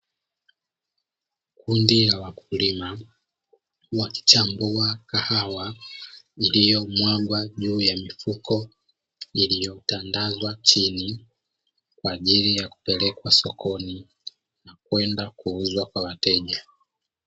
Kundi la wakulima wakichambua kahawa iliyo mwagwa juu ya mifuko iliyo tandazwa chini, kwajili ya kupelekwa sokoni na kenda kuuzwa kwa wateja.